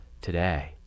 today